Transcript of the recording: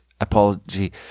apology